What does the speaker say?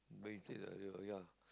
but you said the earlier ya